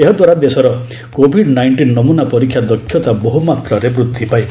ଏହାଦ୍ୱାରା ଦେଶର covid nineteen ନମ୍ରନା ପରୀକ୍ଷା ଦକ୍ଷତା ବହ୍ରମାତ୍ରାରେ ବୃଦ୍ଧି ପାଇବ